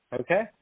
Okay